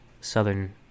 southern